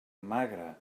magre